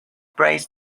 braced